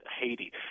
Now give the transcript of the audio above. Haiti